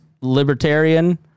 libertarian